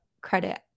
credit